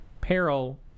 peril